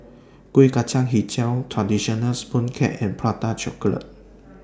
Kuih Kacang Hijau Traditional Sponge Cake and Prata Chocolate